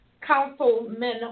councilman